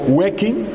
working